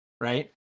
Right